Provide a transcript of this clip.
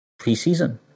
preseason